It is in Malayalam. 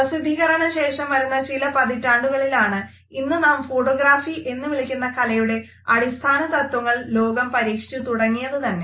പ്രസിദ്ധീകരണ ശേഷം വരുന്ന ചില പതിറ്റാണ്ടുകളിലാണ് ഇന്ന് നാം ഫോട്ടഗ്രാഫി എന്ന് വിളിക്കുന്ന കലയുടെ അടിസ്ഥാന തത്വങ്ങൾ ലോകം പരീക്ഷിച്ചു തുടങ്ങിയതുതന്നെ